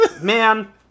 Man